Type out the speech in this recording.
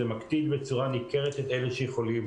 זה מקטין בצורה ניכרת את אלה שיכולים